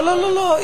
לא, לא, לא.